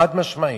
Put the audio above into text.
חד-משמעית.